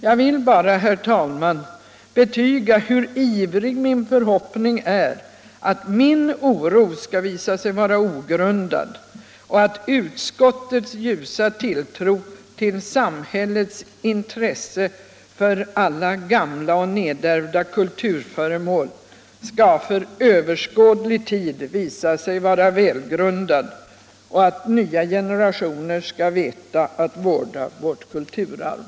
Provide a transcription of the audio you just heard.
Jag vill bara, herr talman, betyga hur ivrig min förhoppning är att min oro skall visa sig vara ogrundad och utskottets ljusa tilltro till samhällets intresse för alla gamla och nedärvda kulturföremål skall för överskådlig tid visa sig vara välgrundad och att nya generationer skall veta att vårda vårt kulturarv.